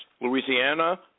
Louisiana